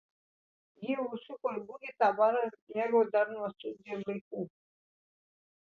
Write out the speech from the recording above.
ji užsuko į bugį tą barą mėgo dar nuo studijų laikų